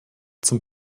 zum